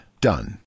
Done